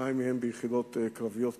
שניים מהם ביחידות קרביות כקצינים,